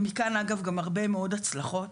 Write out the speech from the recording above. ומכאן אגב גם הרבה מאוד הצלחות.